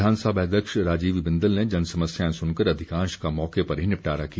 विधानसभा अध्यक्ष राजीव बिंदल ने जनसमस्याएं सुनकर अधिकांश का मौके पर ही निपटारा किया